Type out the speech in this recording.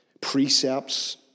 precepts